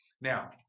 Now